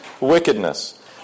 Wickedness